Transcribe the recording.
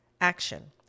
action